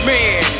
Man